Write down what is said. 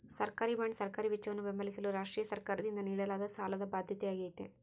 ಸರ್ಕಾರಿಬಾಂಡ್ ಸರ್ಕಾರಿ ವೆಚ್ಚವನ್ನು ಬೆಂಬಲಿಸಲು ರಾಷ್ಟ್ರೀಯ ಸರ್ಕಾರದಿಂದ ನೀಡಲಾದ ಸಾಲದ ಬಾಧ್ಯತೆಯಾಗೈತೆ